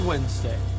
Wednesday